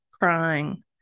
crying